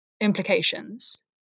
implications